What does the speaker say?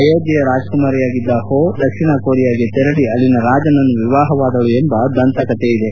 ಅಯೋಧ್ಲೆಯ ರಾಜಕುಮಾರಿಯಾಗಿದ್ದ ಹೊ ದಕ್ಷಿಣ ಕೊರಿಯಾಗೆ ತೆರಳಿ ಅಲ್ಲಿನ ರಾಜನನ್ನು ವಿವಾಹವಾದಳು ಎಂಬ ದಂತ ಕಥೆಯಿದೆ